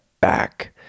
back